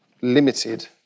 limited